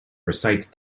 recites